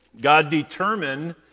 God-determined